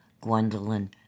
Gwendolyn